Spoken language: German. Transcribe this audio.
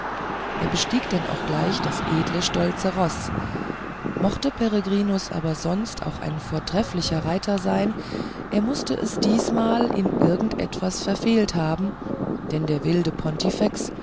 er bestieg denn auch sogleich das edle stolze roß mochte peregrinus aber sonst auch ein vortrefflicher reuter sein er mußte es diesmal in irgend etwas verfehlt haben denn der wilde